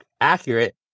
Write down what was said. accurate